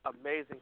amazing